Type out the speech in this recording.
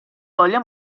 voglia